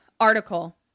Article